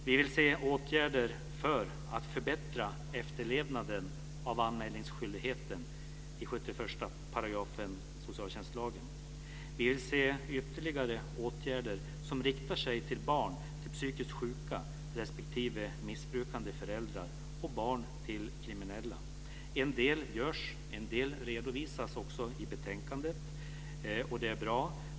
Vi vill se åtgärder för att förbättra efterlevnaden av anmälningsskyldigheten i 71 § socialtjänstlagen. Vi vill se ytterligare åtgärder som riktar sig till barn till psykiskt sjuka respektive missbrukande föräldrar och barn till kriminella. En del görs, en del redovisas också i betänkandet, vilket är bra.